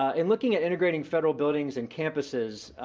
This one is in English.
in looking at integrating federal buildings and campuses,